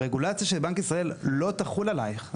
הרגולציה של בנק ישראל לא תחול עליך,